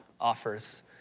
offers